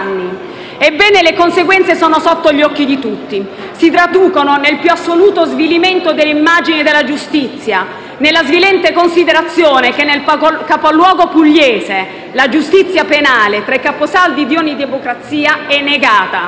Ebbene, le conseguenze sono sotto gli occhi di tutti e si traducono nel più assoluto svilimento dell'immagine della giustizia, nella svilente considerazione che nel capoluogo pugliese la giustizia penale, tra i capisaldi di ogni democrazia, è negata.